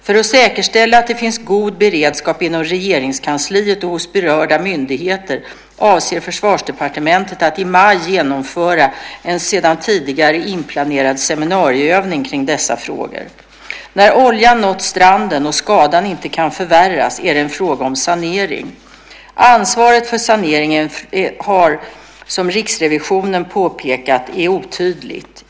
För att säkerställa att det finns en god beredskap inom Regeringskansliet och hos berörda myndigheter avser Försvarsdepartementet att i maj genomföra en sedan tidigare inplanerad seminarieövning kring dessa frågor. När oljan nått stranden och skadan inte kan förvärras är det en fråga om sanering. Ansvaret för sanering är som Riksrevisionen påpekar otydligt.